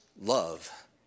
love